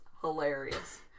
hilarious